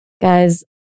Guys